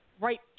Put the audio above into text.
Right